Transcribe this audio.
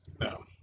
No